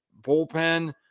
bullpen